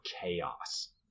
chaos